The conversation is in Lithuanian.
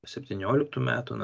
septynioliktų metų na